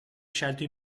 scelto